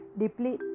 deeply